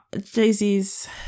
jay-z's